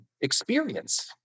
experience